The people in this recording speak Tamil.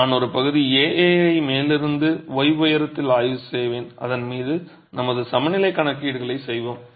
நான் ஒரு பகுதி A A ஐ மேலிருந்து y உயரத்தில் ஆய்வு செய்வேன் அதன் மீது நமது சமநிலைக் கணக்கீடுகளைச் செய்வோம்